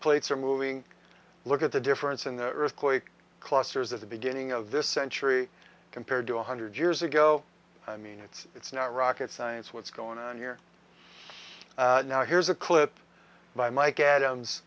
plates are moving look at the difference in the earthquake clusters at the beginning of this century compared to one hundred years ago i mean it's it's not rocket science what's going on here now here's a clip by mike adams